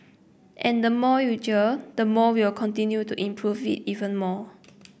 and the more you jeer the more will continue to improve it even more